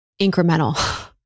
incremental